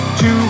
two